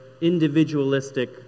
individualistic